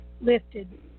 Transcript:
lifted